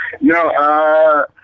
No